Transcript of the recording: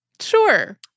Sure